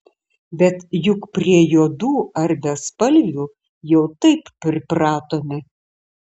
bet juk prie juodų ar bespalvių jau taip pripratome